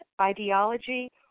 ideology